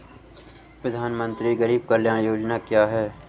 प्रधानमंत्री गरीब कल्याण योजना क्या है?